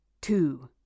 Two